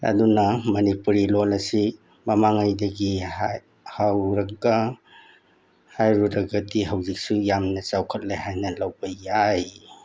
ꯑꯗꯨꯅ ꯃꯅꯤꯄꯨꯔꯤ ꯂꯣꯟ ꯑꯁꯤ ꯃꯃꯥꯡꯉꯩꯗꯒꯤ ꯍꯧꯔꯒ ꯍꯥꯏꯔꯨꯔꯒꯗꯤ ꯍꯧꯖꯤꯛꯁꯨ ꯌꯥꯝ ꯆꯥꯎꯈꯠꯂꯦ ꯍꯥꯏꯅ ꯂꯧꯕ ꯌꯥꯏ